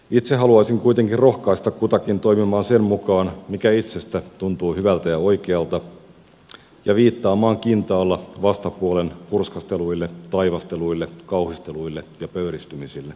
itse haluaisin kuitenkin rohkaista kutakin toimimaan sen mukaan mikä itsestä tuntuu hyvältä ja oikealta ja viittaamaan kintaalla vastapuolen hurskasteluille taivasteluille kauhisteluille ja pöyristymisille